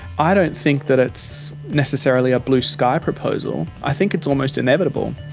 i don't think that it's necessarily a blue-sky proposal, i think it's almost inevitable.